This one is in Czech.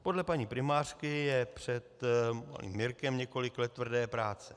Podle paní primářky je před Mirkem několik let tvrdé práce.